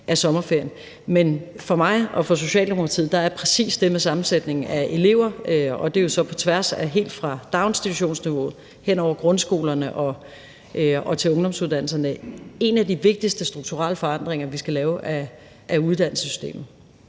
af sommerferien. Men for mig og for Socialdemokratiet er præcis det med sammensætningen af elever, og det er jo så på tværs helt fra daginstitutionsniveauet hen over grundskolerne og til ungdomsuddannelserne, en af de vigtigste strukturelle forandringer, vi skal lave af uddannelsessystemet.